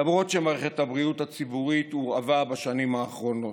למרות שמערכת הבריאות הציבורית הורעבה בשנים האחרונות,